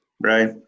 Right